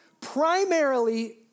primarily